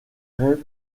rêves